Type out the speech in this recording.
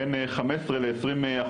בין 15% ל- 20%,